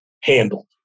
handled